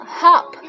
hop